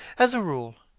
as a rule,